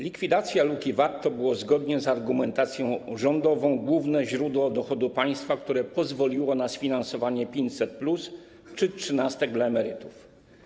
Likwidacja luki VAT to było zgodnie z argumentacją rządową główne źródło dochodu państwa, które pozwoliło na sfinansowanie 500+ czy trzynastek dla emerytów.